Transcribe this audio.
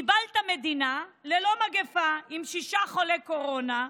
קיבלת מדינה ללא מגפה, עם שישה חולי קורונה,